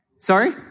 Sorry